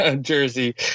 jersey